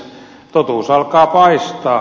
totuus alkaa paistaa